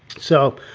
so,